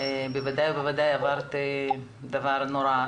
בוודאי שעברת דבר נורא,